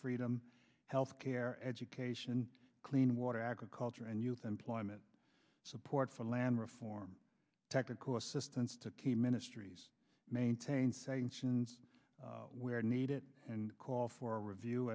freedom health care education clean water agriculture and youth employment support for land reform technical assistance to ministries maintain sanctions where need it and call for review